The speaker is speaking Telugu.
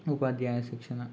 ఉపాధ్యాయ శిక్షణ